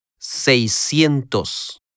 Seiscientos